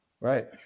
Right